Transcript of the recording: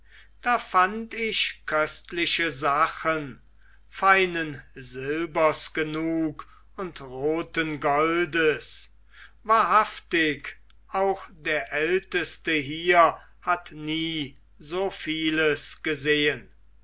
da fand ich köstliche sachen feinen silbers genug und roten goldes wahrhaftig auch der älteste hier hat nie so vieles gesehen